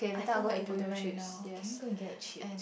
I feel like doing right now can we go and get a chip